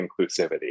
inclusivity